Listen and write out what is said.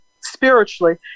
spiritually